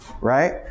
right